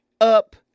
up